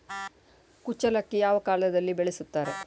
ಕುಚ್ಚಲಕ್ಕಿ ಯಾವ ಕಾಲದಲ್ಲಿ ಬೆಳೆಸುತ್ತಾರೆ?